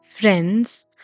Friends